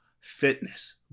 fitness